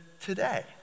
today